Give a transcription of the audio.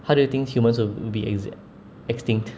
how do you think humans will will be exi~ extinct